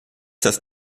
das